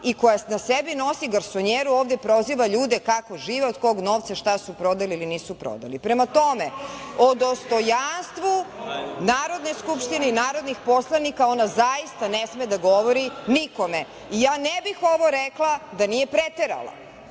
i koja na sebi nosi garsonjeru ovde proziva ljude kako žive, od kog novca i šta su prodali ili nisu prodali. Prema tome, o dostojanstvu Narodne skupštine ili narodnih poslanika ona zaista ne sme da govori nikome. Ne bih ovo rekla da nije preterala,